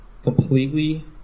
Completely